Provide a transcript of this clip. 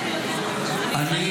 המבחנים הבין-לאומיים?